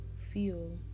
feel